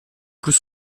plus